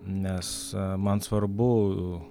nes man svarbu